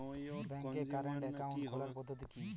ব্যাংকে current account খোলার পদ্ধতি কি?